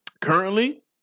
currently